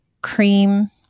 cream